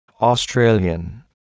Australian